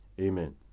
amen